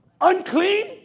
unclean